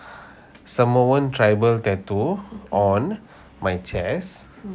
samoan tribal tattoo on my chest